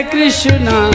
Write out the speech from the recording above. Krishna